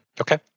Okay